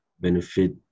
benefit